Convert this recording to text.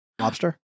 Lobster